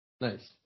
Nice